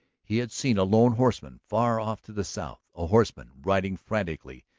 he had seen a lone horseman far off to the south, a horseman riding frantically,